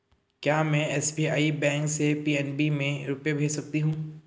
क्या में SBI bank से पी.एन.बी में रुपये भेज सकती हूँ?